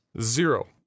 zero